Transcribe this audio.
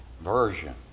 version